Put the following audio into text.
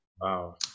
Wow